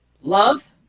Love